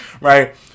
Right